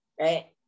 right